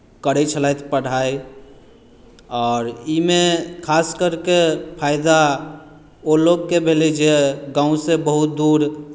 करैत छलथि पढ़ाइ आओर ई मे खास कऽ के फायदा ओ लोककेँ भेलै जे गामसँ बहुत दूर